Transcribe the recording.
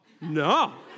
no